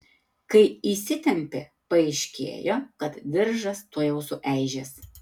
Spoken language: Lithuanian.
kai įsitempė paaiškėjo kad diržas tuojau sueižės